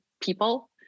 people